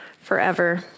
forever